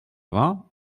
vingts